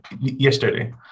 yesterday